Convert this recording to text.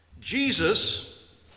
Jesus